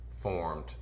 formed